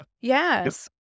Yes